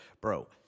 Bro